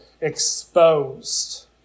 exposed